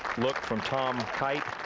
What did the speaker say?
look from tom kite.